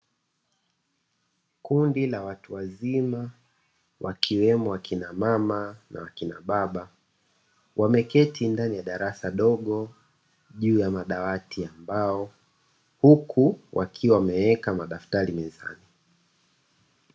Kundi la watu wazima wakiwemo wakinamama na wakinababa wameketi ndani ya darasa dogo juu ya madawati ya mbao huku wakiwa wameweka madaftari mezani.